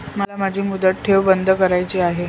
मला माझी मुदत ठेव बंद करायची आहे